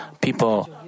people